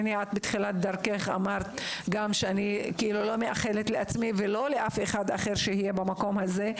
בתחילת דרכך אמרת שאת לא מאחלת לעצמך ולאחרים להיות במקום הזה.